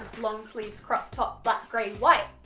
long sleeves crop top black grey white.